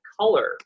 color